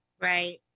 Right